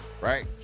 right